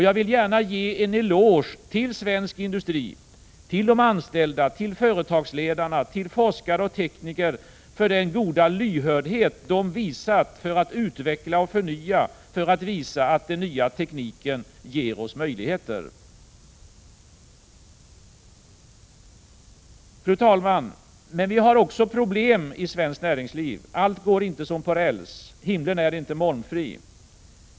Jag vill gärna ge en eloge till svensk industri, till de anställda, till företagsledarna, till forskare och tekniker för den goda lyhördhet de visat för att utveckla och förnya, för att visa att den nya tekniken ger oss möjligheter. Men, fru talman, vi har problem också i svenskt näringsliv. Allt går inte som på räls. Himlen är inte molnfri.